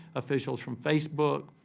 officials from facebook,